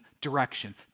direction